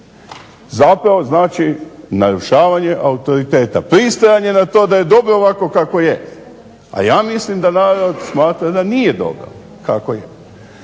zapravo znači narušavanje autoriteta, pristajanje na to da je dobro ovako kako je, a ja mislim da narod smatra da nije dobro kako je.